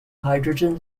hydrogen